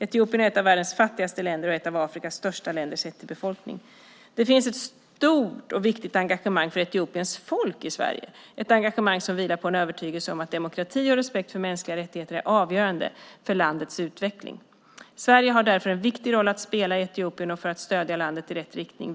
Etiopien är ett av världens fattigaste länder och ett av Afrikas största länder sett till befolkningen. Det finns ett stort och viktigt engagemang för Etiopiens folk i Sverige, ett engagemang som vilar på en övertygelse om att demokrati och respekt för mänskliga rättigheter är avgörande för landets utveckling. Sverige har därför en viktig roll att spela i Etiopien och för att stödja landet i rätt riktning.